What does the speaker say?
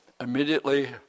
immediately